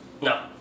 No